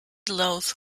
louth